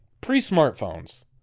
Pre-smartphones